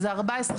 זה 14%,